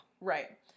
Right